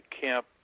camp